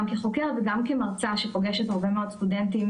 גם כחוקרת וגם כמרצה שפוגשת הרבה מאוד סטודנטים